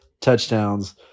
touchdowns